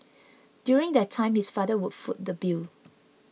during that time his father would foot the bill